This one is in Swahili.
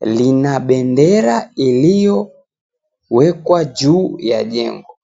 linabendera iliyowekwa ju ya jengo.